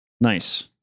Nice